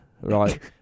right